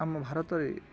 ଆମ ଭାରତରେ